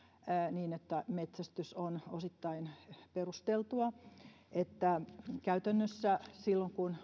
niin että metsästys on osittain perusteltua että käytännössä silloin kun